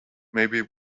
maybe